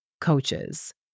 coaches